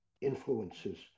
influences